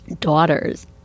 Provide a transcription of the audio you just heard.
daughters